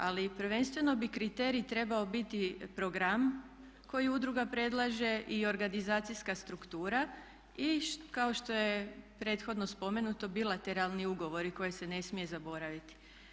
Ali prvenstveno bi kriterij trebao biti program koji udruga predlaže i organizacijska struktura i kao što je prethodno spomenuto bilateralni ugovori koje se ne smije zaboraviti.